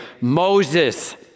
Moses